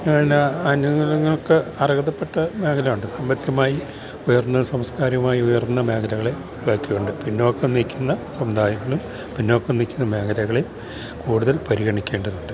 അനുകൂല്യങ്ങൾക്ക് അർഹതപ്പെട്ട മേഖലയുണ്ട് സാമ്പത്തികമായി ഉയർന്ന സംസ്കാരമായി ഉയർന്ന മേഖലകളെ പിന്നോക്കം നില്ക്കുന്ന സമുദായങ്ങളും പിന്നോക്കം നില്ക്കുന്ന മേഖലകളിൽ കൂടുതൽ പരിഗണിക്കേണ്ടതുണ്ട്